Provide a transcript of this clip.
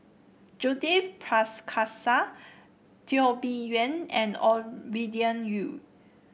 Judith Prakash Teo Bee Yen and Ovidia Yu